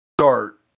start